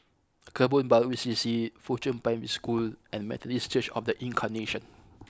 Kebun Baru C C Fuchun Primary School and Methodist Church of the Incarnation